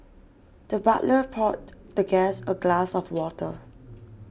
the butler poured the guest a glass of water